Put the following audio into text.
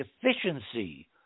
efficiency